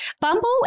Bumble